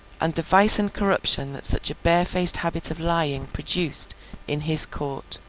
and the vice and corruption that such a barefaced habit of lying produced in his court.